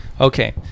okay